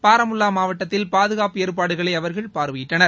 பாரமுல்லா மாவட்டத்தில் பாதுகாப்பு ஏற்பாடுகளை அவர்கள் பார்வையிட்டார்கள்